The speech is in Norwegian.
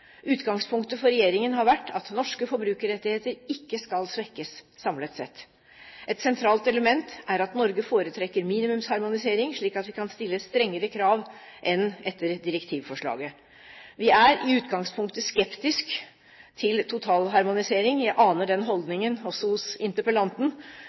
Utgangspunktet for regjeringen har vært at norske forbrukerrettigheter ikke skal svekkes, samlet sett. Et sentralt element er at Norge foretrekker minimumsharmonisering, slik at vi kan stille strengere krav enn etter direktivforslaget. Vi er i utgangspunktet skeptisk til totalharmonisering – jeg aner den